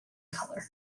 color